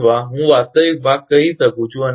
અથવા હું વાસ્તવિક ભાગ કહી શકું છું